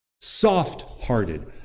soft-hearted